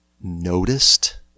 noticed